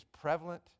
prevalent